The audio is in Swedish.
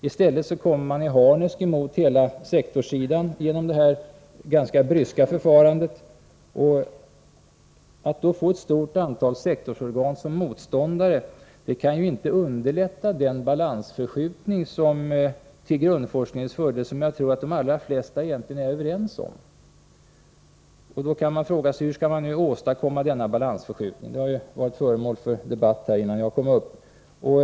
I stället kommer man i harnesk mot hela sektorssidan genom detta ganska bryska förfarande. Att då få ett stort antal sektorsorgan som motståndare kan inte underlätta den balansförskjutning till grundforskningens fördel som jag tror att de allra flesta egentligen är överens om. Då kan man fråga sig: Hur kan man åstadkomma denna balansförskjutning? Detta har varit föremål för debatt innan jag kom upp i talarstolen.